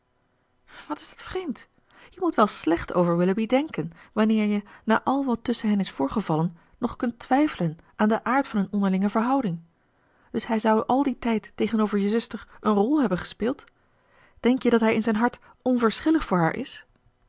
wat is dat vreemd je moet wel slecht over willoughby denken wanneer je na al wat tusschen hen is voorgevallen nog kunt twijfelen aan den aard van hun onderlinge verhouding dus hij sou al dien tijd tegenover je zuster een rol hebben gespeeld denk je dat hij in zijn hart onverschillig haar is